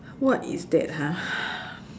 what is that !huh!